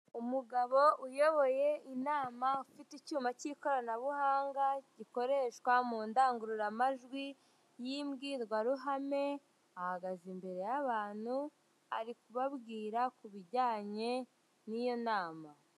Umugabo uyoboye inama ufite icyuma cy'ikoranabuhanga gikoreshwa mu ndangururamajwi y'imbwirwa ruhame, ahagaze imbere y'abantu ari kubabwira ku bijyanye n'iyo nama.